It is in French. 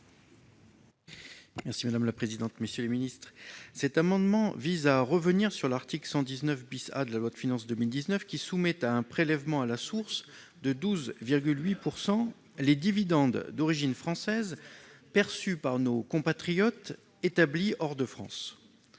: La parole est à M. Ronan Le Gleut. Cet amendement vise à revenir sur l'article 119 A de la loi de finances pour 2019 qui soumet à un prélèvement à la source de 12,8 % les dividendes d'origine française perçus par nos compatriotes établis hors de France.